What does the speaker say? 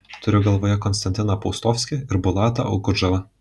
turiu galvoje konstantiną paustovskį ir bulatą okudžavą